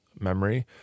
Memory